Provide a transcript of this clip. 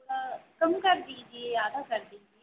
थोड़ा कम कर दीजिए आधा कर दीजिए